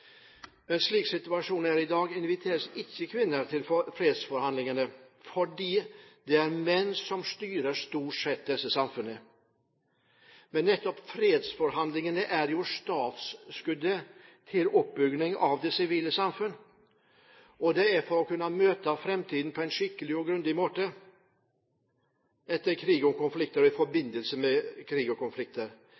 slik situasjonen er i dag, inviteres ikke kvinner til fredsforhandlingene, for det er stort sett menn som styrer samfunnene. Nettopp fredsforhandlinger er startskuddet for oppbyggingen av det sivile samfunn. For å kunne møte framtiden på en skikkelig og grundig måte etter krig og konflikter må den kompetansen og det forebyggende arbeidet som også kvinnene kan stå for, i